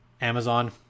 Amazon